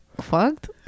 Fucked